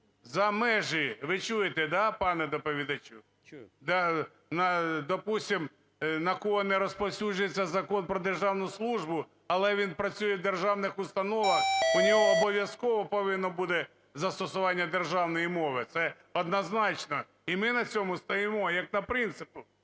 За межі. Ви чуєте, да, пане доповідачу? Допустимо, на кого не розповсюджується Закон "Про державну службу", але він працює в державних установах, у нього обов'язково повинно буде застосування державної мови, це однозначно. І ми на цьому стоїмо, як на принципах.